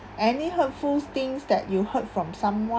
any hurtful things that you heard from someone